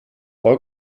all